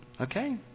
Okay